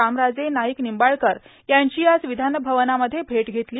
रामराजे नाईक निंबाळकर यांची आज विधानभवनामध्ये भेट घेतली